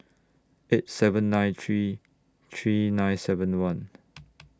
eight seven nine three three nine seven one